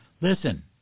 listen